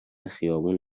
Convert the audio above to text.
خیابون